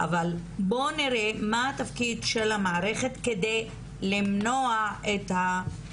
אבל בוא נראה מה התפקיד של המערכת כדי למנוע זאת.